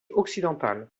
occidentale